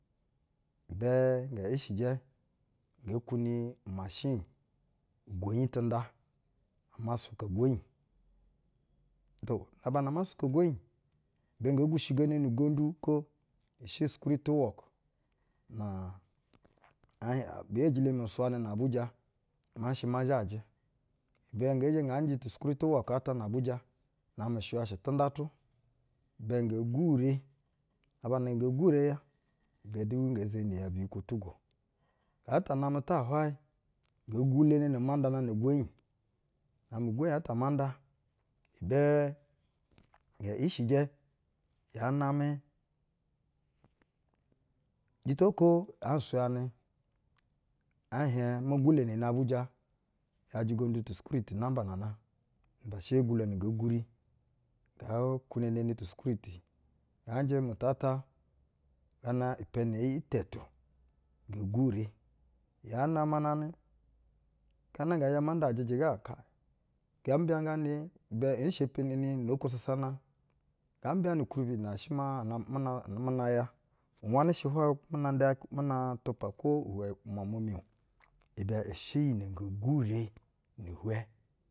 Ibɛ nyɛ ishijɛ nge kwuni umashiri ugwu nyi tɛnda, ama suka-ugwonyi. To, na-aba na ama ugwonyi ibɛ nge deshi geni nu ugondu uko shɛ ugondu tɛ’yacɛ, na, ɛɛ beyejilo mi nsuyanɛ na auja maa nshɛ ma zhajɛ, ibɛ nge zhe nga njɛ ugondu at tɛ’yacɛ na-abuja, na amɛ shɛywa shɛ tɛndatu, ibɛ nge gwure. Na aba na nge gwure ya, ibɛ du nge zeni ya biyi kwo tugwo. Nga ta namɛ ta hwayɛ nge gwuleleni ama ndaa nan a ugwonyi. Na-amɛ ugwonyi ata amma nda, ibɛ ngɛ ishijɛ, yaa namɛ, jito uko aa nsuyanɛ ɛɛ hieɧ me guleleni abuja, ‘yajɛ-ugondu tɛ’yacɛ namba nan a, ibɛ she ugwulo na nge gwuri nge kwuneneni ugondu tɛ’yacɛ. Nga njɛ mu tu ata, gana ipiɛnɛ ii tɛtu nge ngɛ zhɛ ma nda ajɛjɛ ga, kayi, nga mbiyanganɛ, ibɛ ee shepeneni nu una uko sasana, nga mbiyanɛ ukwuribi na shɛ maa, ana, muna, muna ya, uwanɛ hwa muna nda tupa okwo iwɛ umwamwa mu o. Ibɛ ishɛ iyi nɛ nge gwure ni-ihwɛ.